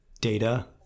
data